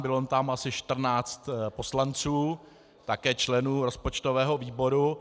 Bylo tam asi čtrnáct poslanců, také členů rozpočtového výboru.